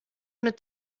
mit